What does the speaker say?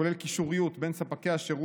כולל קישוריות בין ספקי השירות,